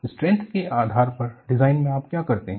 तो स्ट्रेंथ के आधार पर डिजाइन में आप क्या करते हैं